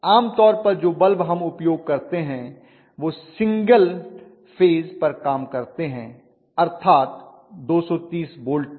आम तौर पर जो बल्ब हम उपयोग करते हैं वह सिंगगल फेज पर काम करते हैं अर्थात 230 वोल्ट पर